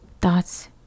Thoughts